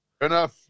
enough